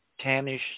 tannish